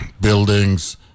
buildings